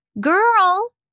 girl